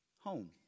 Home